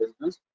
business